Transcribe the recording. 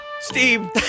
Steve